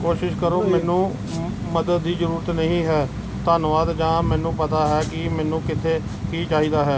ਕੋਸ਼ਿਸ਼ ਕਰੋ ਮੈਨੂੰ ਮਦਦ ਦੀ ਜਰੂਰਤ ਨਹੀਂ ਹੈ ਧੰਨਵਾਦ ਜਾਂ ਮੈਨੂੰ ਪਤਾ ਹੈ ਕਿ ਮੈਨੂੰ ਕਿੱਥੇ ਕੀ ਚਾਹੀਦਾ ਹੈ